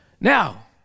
Now